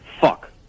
Fuck